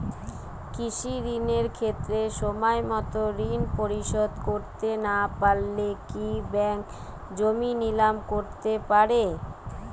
কৃষিঋণের ক্ষেত্রে সময়মত ঋণ পরিশোধ করতে না পারলে কি ব্যাঙ্ক জমি নিলাম করতে পারে?